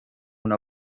una